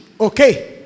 okay